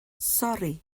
sori